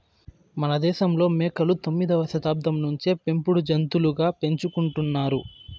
మనదేశంలో మేకలు తొమ్మిదవ శతాబ్దం నుంచే పెంపుడు జంతులుగా పెంచుకుంటున్నారు